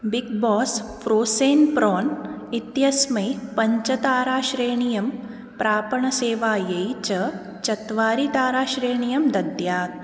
big Boss frozen prawn इत्यस्मै पञ्चताराश्रेणीं प्रापणसेवायै च चत्वारि ताराश्रेणीं दद्यात्